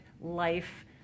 life